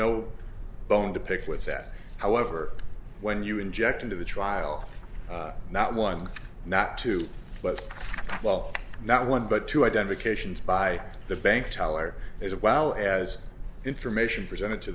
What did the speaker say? no bone to pick with that however when you inject into the trial not one not two well not one but two identifications by the bank teller as well as information